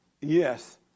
Yes